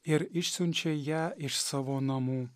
ir išsiunčia ją iš savo namų